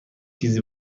چیزی